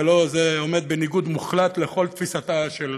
כי הלוא זה עומד בניגוד מוחלט לכל תפיסתה של